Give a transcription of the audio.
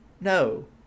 no